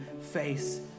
face